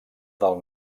del